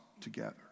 together